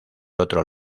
otro